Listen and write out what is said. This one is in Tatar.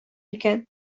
икән